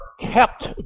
kept